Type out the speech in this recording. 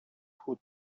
who